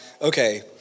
okay